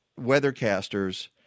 weathercasters